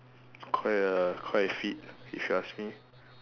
quite err quite fit if you ask me